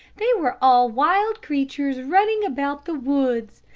they were all wild creatures running about the woods.